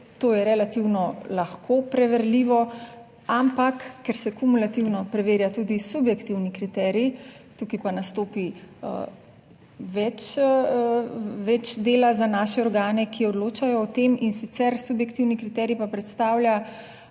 to je relativno lahko preverljivo, ampak ker se kumulativno preverja tudi subjektivni kriterij, tukaj pa nastopi več dela za naše organe, ki odločajo o tem, in sicer subjektivni kriterij, pa predstavlja